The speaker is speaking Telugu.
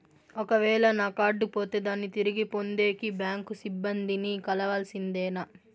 ఒక వేల నా కార్డు పోతే దాన్ని తిరిగి పొందేకి, బ్యాంకు సిబ్బంది ని కలవాల్సిందేనా?